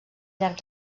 llarg